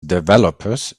developers